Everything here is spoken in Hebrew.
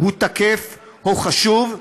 הוא תקף, הוא חשוב,